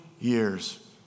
years